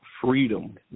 freedom